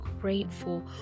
grateful